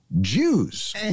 Jews